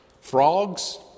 Frogs